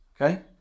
okay